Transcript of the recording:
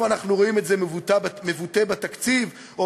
איפה אנחנו רואים את זה מבוטא בתקציב או